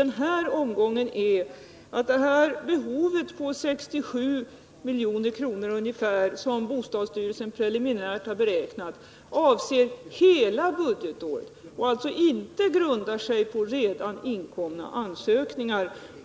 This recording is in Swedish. alldeles riktigt — det framhöll jag i mitt anförande, och det har vi framhållit i vår reservation — att det under budgetåret som helhet kan behövas mer pengar än vad riksdagen nu kommer att fatta beslut om. Jag sade också mycket tydligt att vi kommer att bevaka de här frågorna framöver. Anledningen till att vi kan nöja oss med 50 milj.kr. i den här omgången är att det behov på ungefär 67 milj.kr. som bostadsstyrelsen preliminärt beräknat avser hela budgetåret och alltså inte grundar sig på redan inkomna ansökningar.